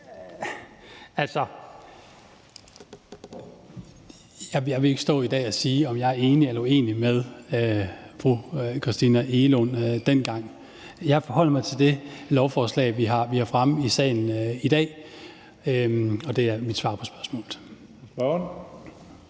Jeg vil ikke stå i dag og sige, om jeg er enig eller uenig med fru Christina Egelund i forhold til dengang. Jeg forholder mig til det lovforslag, vi har fremme i salen i dag, og det er mit svar på spørgsmålet.